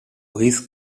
his